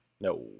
No